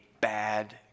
bad